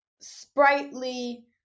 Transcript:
sprightly